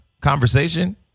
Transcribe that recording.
Conversation